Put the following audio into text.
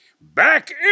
back